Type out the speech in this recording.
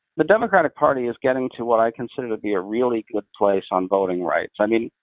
the democratic party is getting to what i consider to be a really good place on voting rights. i mean,